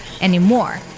anymore